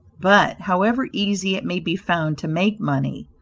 but however easy it may be found to make money,